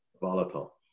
volatile